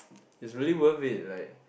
it's really worth it like